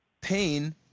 Pain